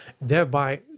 thereby